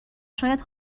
شاید